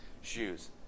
shoes